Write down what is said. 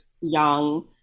young